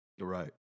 Right